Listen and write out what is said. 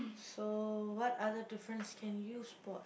so what other difference can you spot